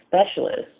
specialists